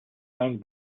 sand